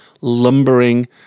lumbering